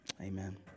amen